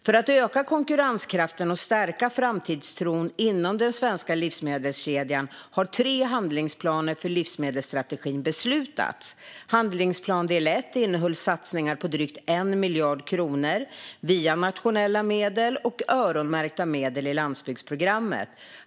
För att öka konkurrenskraften och stärka framtidstron inom den svenska livsmedelskedjan har tre handlingsplaner för livsmedelsstrategin beslutats. Handlingsplan del 1 innehöll satsningar på drygt 1 miljard kronor via nationella medel och öronmärkta medel i landsbygdsprogrammet.